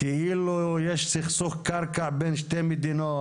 כאילו יש סכסוך קרקע בין שתי מדינות.